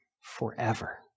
forever